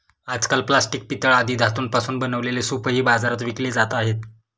आजकाल प्लास्टिक, पितळ आदी धातूंपासून बनवलेले सूपही बाजारात विकले जात आहेत